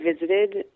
visited